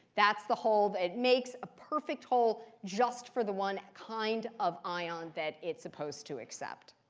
that's the hole. it makes a perfect hole just for the one kind of ion that it's supposed to accept.